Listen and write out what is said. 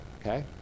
okay